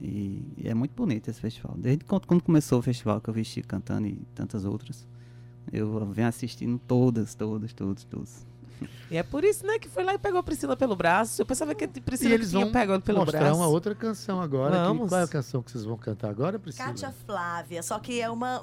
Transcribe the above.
e- e é muito bonito esse festival. Desde quando- quando começou o festival que eu vesti cantando e tantas outras, eu venho assistindo todas, todas, todas, todas. E é por isso, né, que foi lá e pegou a Priscila pelo braço. Eu pensava que a Priscila E eles que tinha vão pegado pelo mostrar braço. uma outra canção agora, que- Vamos. qual é a canção que vocês vão cantar agora, Priscila? Cátia Flávia, só que é uma-